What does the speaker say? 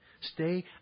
Stay